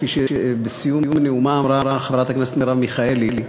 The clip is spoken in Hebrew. כפי שבסיום נאומה אמרה חברת הכנסת מרב מיכאלי,